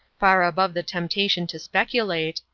far above the temptation to speculate,